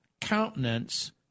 countenance